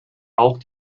auch